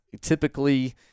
typically